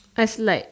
as like